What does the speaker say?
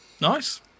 Nice